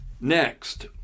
Next